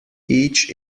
each